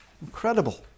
Incredible